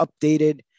updated